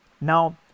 Now